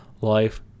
life